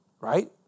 Right